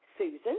Susan